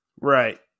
Right